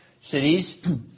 cities